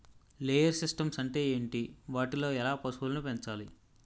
Layer systems అంటే ఏంటి? వాటిలో ఎలా పశువులను పెంచాలి?